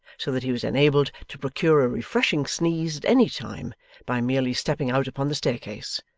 so that he was enabled to procure a refreshing sneeze at any time by merely stepping out upon the staircase,